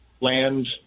land